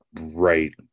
right